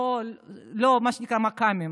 לא מה שנקרא מק"טים.